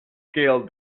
scaled